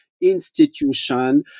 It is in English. institution